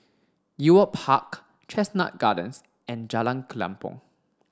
Ewart Park Chestnut Gardens and Jalan Kelempong